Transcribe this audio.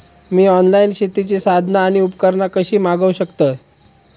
मी online शेतीची साधना आणि उपकरणा कशी मागव शकतय?